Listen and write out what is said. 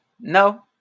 No